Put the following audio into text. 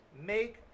Make